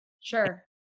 Sure